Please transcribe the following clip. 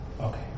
Okay